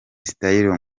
style